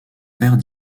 père